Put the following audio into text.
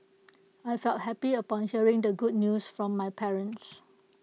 I felt happy upon hearing the good news from my parents